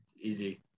easy